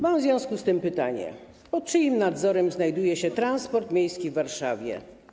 Mam w związku z tym pytanie: Pod czyim nadzorem znajduje się transport miejski w Warszawie?